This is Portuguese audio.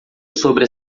sobre